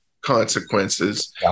consequences